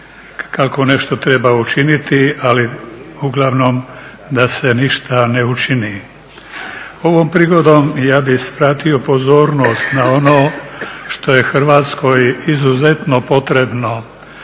kako nešto treba učiniti ali uglavnom da se ništa ne učini. Ovom prigodom ja bih svratio pozornost na ono što je Hrvatskoj izuzetno potrebno,